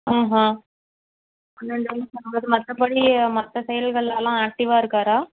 ஆஹா பன்னெண்டு வயது ஆகுது மற்றபடி மற்ற செயல்கள்லெல்லாம் ஆக்ட்டிவாக இருக்காரா